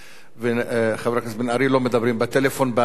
חבר הכנסת בן-ארי, לא מדברים בטלפון במליאה.